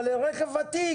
אבל לרכב ותיק,